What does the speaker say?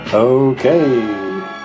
Okay